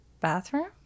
bathroom